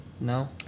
No